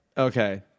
okay